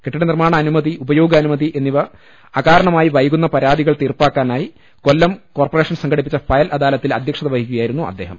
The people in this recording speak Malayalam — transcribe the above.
കെട്ടിട നിർമ്മാണ അനുമതി ഉപയോഗാനുമതി ഇവ അകാരണമായി വൈകുന്ന പരാതികൾ തീർപ്പാക്കാനായി കൊല്ലം കോർപ്പറേഷൻ സംഘടിപ്പിച്ച ഫയൽ അദാലത്തിൽ അദ്ധ്യക്ഷത വഹിക്കുകയായിരുന്നു അദ്ദേഹം